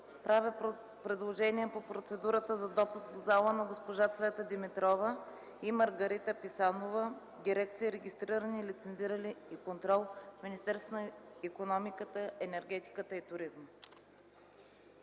правя предложение по процедурата за допускане в залата на госпожа Цвета Димитрова и Маргарита Писанова от дирекция „Регистриране, лицензиране и контрол” в Министерството на икономиката, енергетиката и туризма.